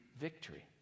victory